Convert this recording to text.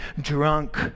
drunk